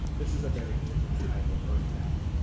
this is a very different type of earthbound.